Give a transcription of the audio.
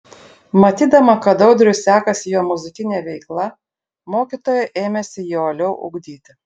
matydama kad audriui sekasi jo muzikinė veikla mokytoja ėmėsi jį uoliau ugdyti